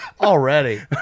Already